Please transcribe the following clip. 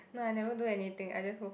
no I never do anything I just woke